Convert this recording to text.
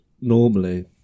normally